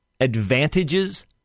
advantages